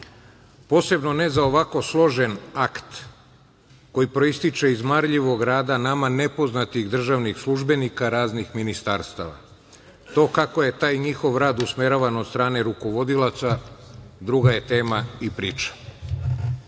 reši. Posebno ne za ovako složen akt koji proističe iz marljivog rada nama nepoznatih državnih službenika raznih ministarstava. To kako je taj njihov rad usmeravan od strane rukovodilaca druga je tema i priča.U